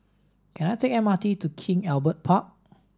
can I take M R T to King Albert Park